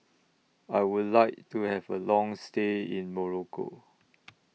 I Would like to Have A Long stay in Morocco